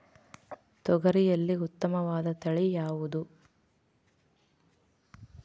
ತೊಗರಿಯಲ್ಲಿ ಉತ್ತಮವಾದ ತಳಿ ಯಾವುದು?